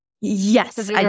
Yes